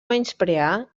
menysprear